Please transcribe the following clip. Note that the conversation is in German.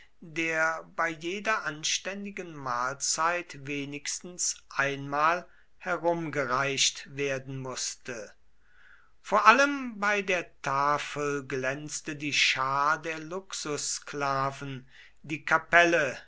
der bei jeder anständigen mahlzeit wenigstens einmal herumgereicht werden mußte vor allem bei der tafel glänzte die schar der luxussklaven die kapelle